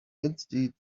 instead